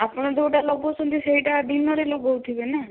ଆପଣ ଯେଉଁଟା ଲଗାଉଛନ୍ତି ସେଇଟା ଦିନରେ ଲଗାଉଥିବେ ନା